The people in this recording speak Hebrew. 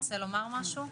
ורוצה לומר משהו?